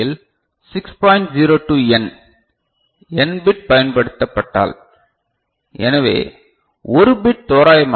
02n n bit பயன்படுத்தப்பட்டால் ஒரு bit தோராயமாக 6